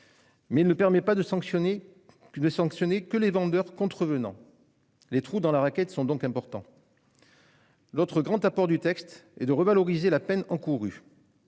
de 1981 ne permet de sanctionner que les vendeurs contrevenants. Les trous dans la raquette sont donc importants. L'autre grand apport du texte est de revaloriser la peine encourue.